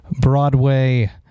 broadway